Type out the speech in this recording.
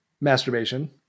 masturbation